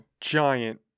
giant